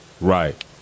Right